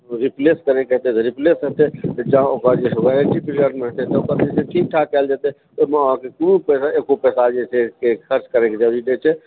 replace करैके हेतै तऽ रिप्लेस हेतै जँ ओकर वारंटी पीरियड मे हेतै तऽ ठीकठाक कयल जेतै ओहिमे अहाॅंकेॅं कोनो तरह एको पैसा जे छै से खर्च करैके जरूरी नहि छै